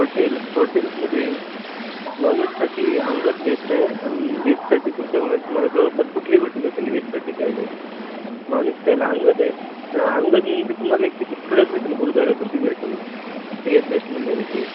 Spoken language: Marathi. हॉटेल हॉटेल्समध्ये नॉनव्हेजसाठी अंगद बेस्ट आहे आणि व्हेजसाठी तुमच्याकडून तुम्हाला जवळपास कुठलंही भेटून जातील वेजसाठी काय नाही नॉनव्हेज खायला अंगद आहे हां अंगद मग ते तुम्हाला एक तिथं तिकडंच भेटेल गुरुद्वाऱ्यापाशी भेटेल सगळ्यात बेस्ट मिळणारे ते